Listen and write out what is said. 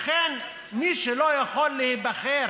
לכן, מי שלא יכול להיבחר